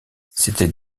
c’était